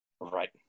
Right